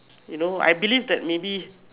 you know I believed that maybe